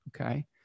Okay